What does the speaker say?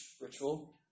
ritual